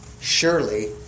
Surely